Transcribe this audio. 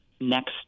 Next